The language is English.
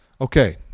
Okay